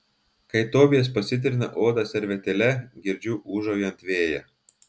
kai tobijas pasitrina odą servetėle girdžiu ūžaujant vėją